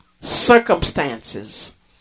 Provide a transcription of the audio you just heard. circumstances